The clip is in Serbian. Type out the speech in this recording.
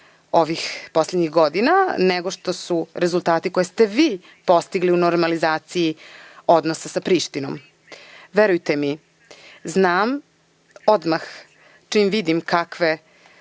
ovih poslednjih godina nego što su rezultati koje ste vi postigli u normalizaciji odnosa sa Prištinom. Verujte mi, znam odmah čim vidim kakve